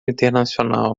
internacional